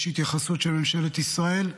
יש התייחסות של ממשלת ישראל?